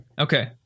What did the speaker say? Okay